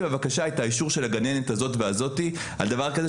בבקשה את האישור של הגננת הזאת והזאת על דבר הזה,